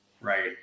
right